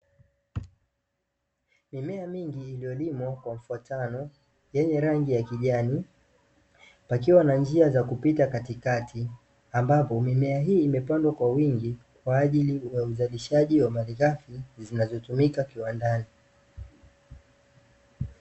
Mimea mingi iliyolimwa kwa mfatano yenye rangi ya kijani pakiwa na njia za kupita katikati ambapo mimea hii imepandwa kwa wingi, kwa ajili ya uzalishaji wa malighafi zinazotumika kiwandani.